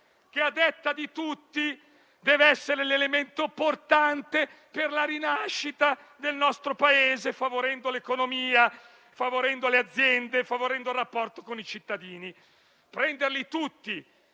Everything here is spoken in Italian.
che, a detta di tutti, deve essere l'elemento portante per la rinascita del nostro Paese, favorendo l'economia, le aziende e il rapporto con i cittadini. Se si